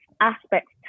aspects